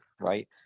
right